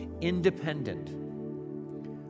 independent